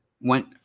went